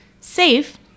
safe